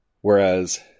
Whereas